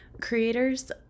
creators